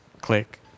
Click